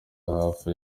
hafi